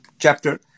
Chapter